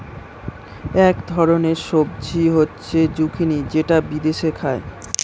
এক ধরনের সবজি হচ্ছে জুকিনি যেটা বিদেশে খায়